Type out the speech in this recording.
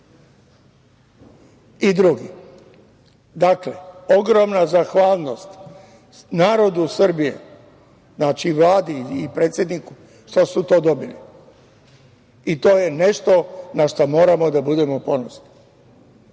i drugi. Dakle, ogromna zahvalnost narodu Srbije, znači, Vladi i predsedniku što su to dobili. To je nešto na šta moramo da budemo ponosni.